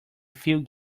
few